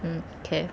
mm okay